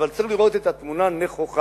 אבל צריך לראות את התמונה נכוחה.